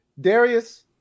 Darius